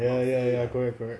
ya ya ya correct correct